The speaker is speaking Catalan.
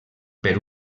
per